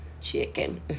chicken